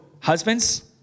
husbands